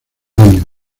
año